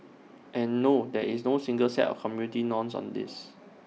and no there is no single set of community norms on this